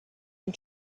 and